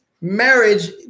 marriage